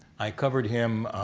i covered him,